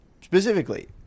specifically